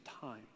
time